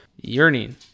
yearning